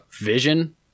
vision